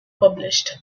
published